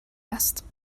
است